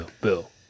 Bill